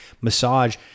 massage